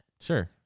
sure